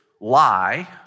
lie